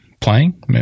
playing